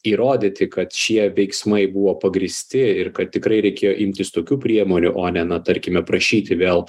įrodyti kad šie veiksmai buvo pagrįsti ir kad tikrai reikėjo imtis tokių priemonių o ne na tarkime prašyti vėl